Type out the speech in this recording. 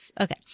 Okay